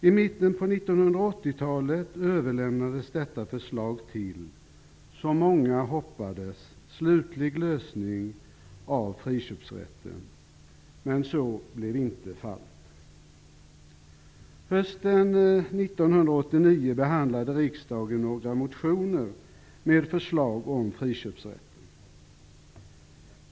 I mitten av 1980-talet överlämnades detta förslag till, som många hoppades, slutlig lösning av friköpsrätten. Men så blev inte fallet. Hösten 1989 behandlade riksdagen några motioner med förslag om friköpsrätten.